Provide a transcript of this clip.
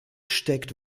steckt